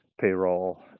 payroll